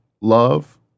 love